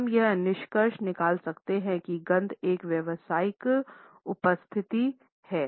तो हम यह निष्कर्ष निकाल सकते हैं कि गंध एक व्यावसायिक उपस्थिति है